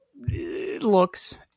looks